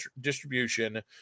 distribution